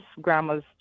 grandma's